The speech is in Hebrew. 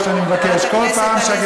מי